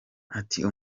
ati